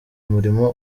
umurimo